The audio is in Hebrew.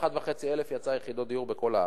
21,500 יחידות דיור הוצאו בכל הארץ.